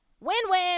Win-win